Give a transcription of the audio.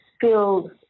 feel